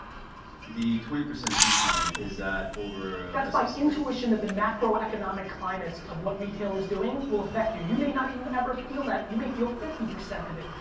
the twenty percent decline, is that over that's my intuition that the microeconomic climates of what retail is doing, will affect you. you may not even ever feel that, you may feel fifty percent of it,